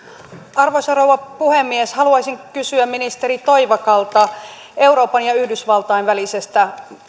arvoisa rouva puhemies haluaisin kysyä ministeri toivakalta euroopan ja yhdysvaltain välisestä